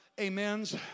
amens